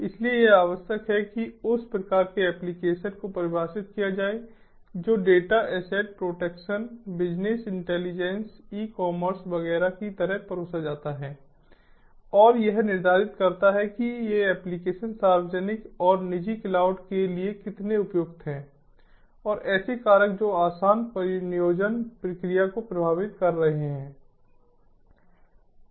इसलिए यह आवश्यक है कि उस प्रकार के एप्लिकेशन को परिभाषित किया जाए जो data asset protection business intelligence e commerce वगैरह की तरह परोसा जाता है और यह निर्धारित करता है कि ये एप्लिकेशन सार्वजनिक और निजी क्लाउड के लिए कितने उपयुक्त हैं और ऐसे कारक जो आसान परिनियोजन प्रक्रिया को प्रभावित कर रहे हैं